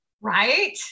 right